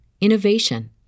innovation